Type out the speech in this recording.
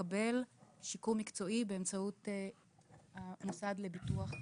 לקבל שיקום מקצועי באמצעות המוסד לביטוח לאומי.